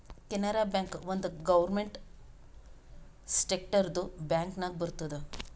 Canara bank ಒಂದ್ government ಸೆಕ್ಟರ್ದು bank ನಾಗ್ ಬರ್ತುದ್